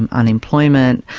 and unemployment,